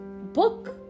book